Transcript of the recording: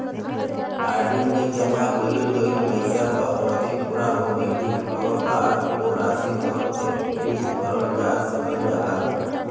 RD में जमा कइल गइल पइसा क अवधि पूरा हो गइले क बाद वो राशि क एफ.डी करल जा सकल जाला